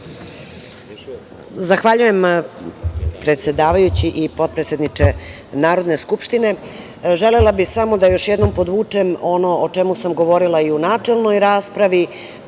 Zahvaljujem predsedavajući i potpredsedniče Narodne skupštine. Želela bih samo još jednom da podvučem ono o čemu sam govorila i u načelnoj raspravi,